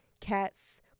cats